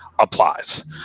applies